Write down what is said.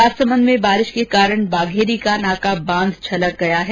राजसमन्द में बारिश के कारण बाघेरी का नाका बांध छलक गया है